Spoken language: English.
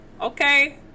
Okay